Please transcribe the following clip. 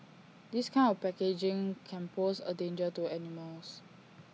this kind of packaging can pose A danger to animals